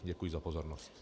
Děkuji za pozornost.